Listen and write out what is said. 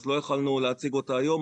אז לא יכולנו להציג אותה היום,